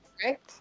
correct